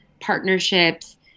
partnerships